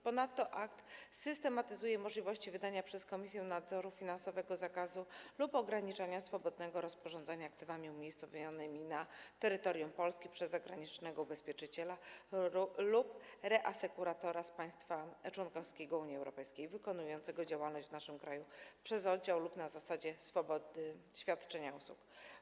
Ponadto akt systematyzuje możliwości wydania przez Komisję Nadzoru Finansowego zakazu lub ograniczenia swobodnego rozporządzania aktywami umiejscowionymi na terytorium Polski przez zagranicznego ubezpieczyciela lub reasekuratora z państwa członkowskiego Unii Europejskiej wykonującego działalność w naszym kraju przez oddział lub na zasadzie swobody świadczenia usług.